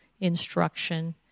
instruction